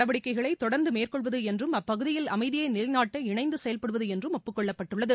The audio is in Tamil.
நடவடிக்கைகளை தொடர்ந்து மேற்கொள்வது என்றும் எல்லையில் படைகள் குறைப்பு அப்பகுதியில் அமைதியை நிலைநாட்ட இணைந்து செயல்படுவது என்றும் ஒப்புக்கொள்ளப்பட்டுள்ளது